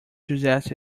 suggest